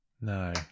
No